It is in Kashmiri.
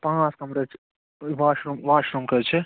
پانٛژھ کَمرٕ حظ چھِ ٲں واش روٗم واش روٗم کٔژ چھِ